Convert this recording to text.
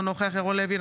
אינו נוכח ירון לוי,